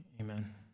amen